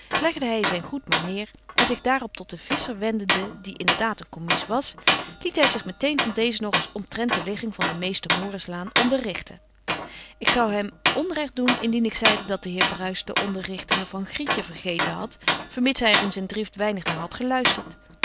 legde hij zijn goed maar neer en zich daarop tot den visscher wendende die inderdaad een commies was liet hij zich meteen van dezen nog eens omtrent de ligging van de meester morislaan onderrichten ik zou hem onrecht doen indien ik zeide dat de heer bruis de onderrichtingen van grietje vergeten had vermits hij er in zijn drift weinig naar had geluisterd